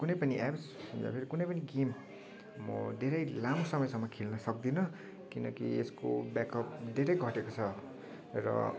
कुनै पनि एप्स या फेरि कुनै पनि गेम म धेरै लामो समय सम्म खेल्न सक्दिनँ किनकि यसको ब्याकअप धेरै घटेको छ र